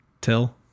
Till